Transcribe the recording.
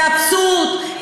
זה אבסורדי,